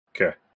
Okay